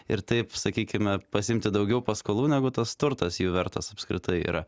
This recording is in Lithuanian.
ir taip sakykime pasiimti daugiau paskolų negu tas turtas jų vertas apskritai yra